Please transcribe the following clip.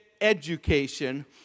education